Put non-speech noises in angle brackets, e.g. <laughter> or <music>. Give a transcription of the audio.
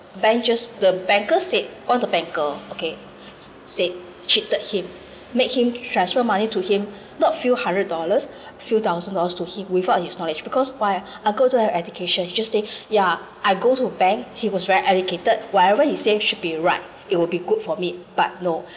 bank just the banker said one of the banker okay said cheated him make him transfer money to him <breath> not few hundred dollars <breath> few thousand dollars to him without his knowledge because why <breath> I'll go to have education he just say <breath> yeah I go to the bank he was very educated whatever he say should be right it will be good for me but no